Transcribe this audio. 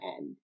end